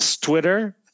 Twitter